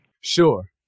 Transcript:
Sure